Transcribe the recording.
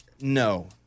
no